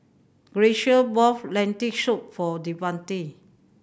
Graciela bought Lentil Soup for Davante